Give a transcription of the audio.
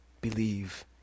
Believe